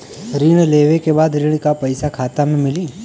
ऋण लेवे के बाद ऋण का पैसा खाता में मिली?